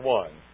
one